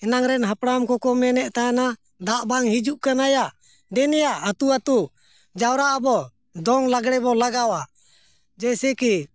ᱮᱱᱟᱝ ᱨᱮᱱ ᱦᱟᱯᱲᱟᱢ ᱠᱚᱠᱚ ᱢᱮᱱᱮᱫ ᱛᱟᱦᱮᱱᱟ ᱫᱟᱜ ᱵᱟᱝ ᱦᱤᱡᱩᱜ ᱠᱟᱱᱟᱭᱟ ᱫᱮᱱᱮᱭᱟ ᱟᱛᱳ ᱟᱛᱳ ᱡᱟᱣᱨᱟᱜ ᱟᱵᱚᱱ ᱫᱚᱝ ᱞᱟᱜᱽᱬᱮ ᱵᱚᱱ ᱞᱟᱜᱟᱣᱟ ᱡᱮᱭᱥᱮ ᱠᱤ